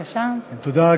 תודה.